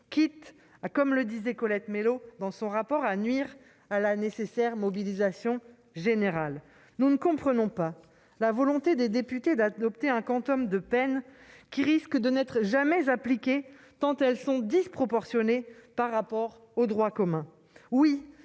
quitte, comme l'écrivait Colette Mélot dans son rapport, à « nuire à la nécessaire mobilisation générale ». Nous ne comprenons pas la volonté des députés d'adopter un quantum de peine qui risque de n'être jamais appliqué tant il est disproportionné par rapport au droit commun.